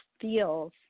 feels